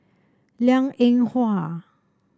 Liang Eng Hwa